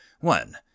One